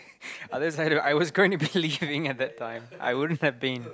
I decide~ I was going to be leaving at that time I wouldn't have been